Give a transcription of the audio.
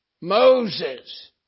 Moses